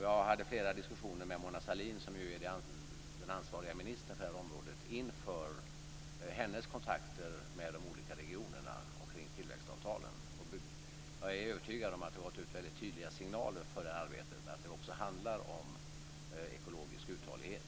Jag hade flera diskussioner med Mona Sahlin, som ju är den ansvariga ministern för det här området, inför hennes kontakter med de olika regionerna om tillväxtavtalen. Jag är övertygad om att det har gått ut väldigt tydliga signaler för det här arbetet att det också handlar om ekologisk uthållighet.